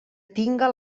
tinga